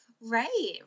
Right